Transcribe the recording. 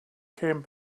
came